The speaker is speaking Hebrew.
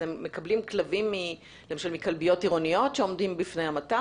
אתם מקבלים כלבים למשל מכלביות עירוניות שעומדים בפני המתה?